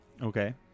Okay